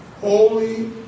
holy